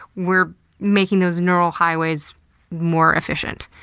we're making those neural highways more efficient.